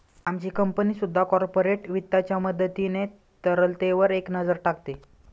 आमची कंपनी सुद्धा कॉर्पोरेट वित्ताच्या मदतीने तरलतेवर एक नजर टाकते